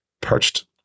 perched